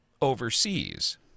overseas